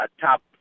top